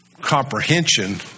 comprehension